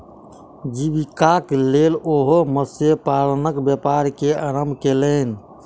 जीवीकाक लेल ओ मत्स्य पालनक व्यापार के आरम्भ केलैन